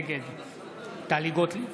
נגד טלי גוטליב,